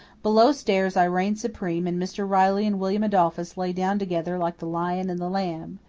below stairs i reigned supreme and mr. riley and william adolphus lay down together like the lion and the lamb.